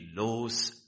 lose